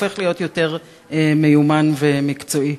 הופך להיות יותר מיומן ומקצועי.